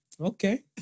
Okay